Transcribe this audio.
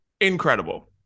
incredible